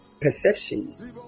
perceptions